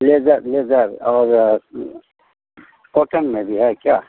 leather leather और cotton में भी है क्या